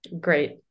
great